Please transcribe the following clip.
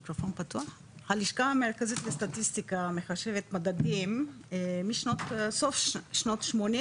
הלשכה המרכזית לסטטיסטיקה מחשבת מדדים מסוף שנות השמונים,